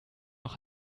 noch